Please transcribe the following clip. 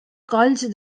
colls